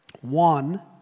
one